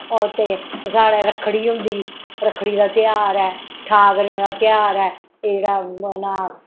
और ते साढ़ै रक्खड़ी होंदी रक्खड़ी दा तेहार ऐ ठौकरें दा तेहार ऐ एह् जेह्ड़ा मना